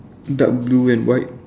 dark blue and white